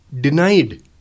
denied